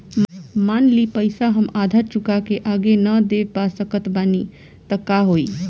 मान ली पईसा हम आधा चुका के आगे न दे पा सकत बानी त का होई?